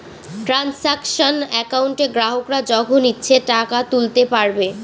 transaction একাউন্টে গ্রাহকরা যখন ইচ্ছে টাকা তুলতে পারবে